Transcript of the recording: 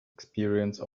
experience